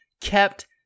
kept